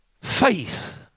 faith